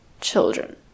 children